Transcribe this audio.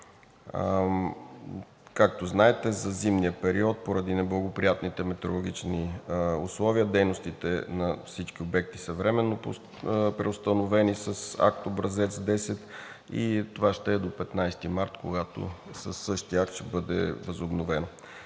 Както знаете, за зимния период поради неблагоприятните метеорологични условия дейностите на всички обекти са временно преустановени с акт Образец 10 и това ще е до 15 март, когато със същия акт ще бъдат възобновени.